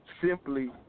simply